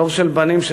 דור של בנים,